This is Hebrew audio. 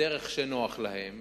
בדרך שנוח להם,